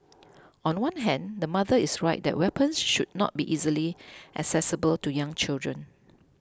on one hand the mother is right that weapons should not be easily accessible to young children